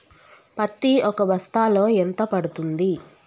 పత్తి ఒక బస్తాలో ఎంత పడ్తుంది?